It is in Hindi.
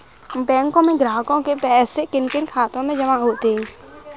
बैंकों में ग्राहकों के पैसे किन किन खातों में जमा होते हैं?